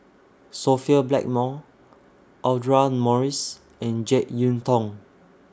Sophia Blackmore Audra Morrice and Jek Yeun Thong